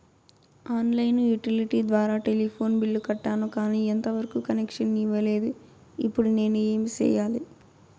On line utility ద్వారా telephone bill కట్టాను, కానీ ఎంత వరకు కనెక్షన్ ఇవ్వలేదు, ఇప్పుడు నేను ఏమి సెయ్యాలి?